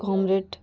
comrade